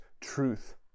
truth